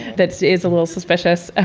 that is a little suspicious. ah